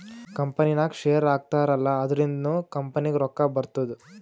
ಕಂಪನಿನಾಗ್ ಶೇರ್ ಹಾಕ್ತಾರ್ ಅಲ್ಲಾ ಅದುರಿಂದ್ನು ಕಂಪನಿಗ್ ರೊಕ್ಕಾ ಬರ್ತುದ್